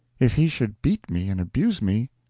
if he should beat me and abuse me,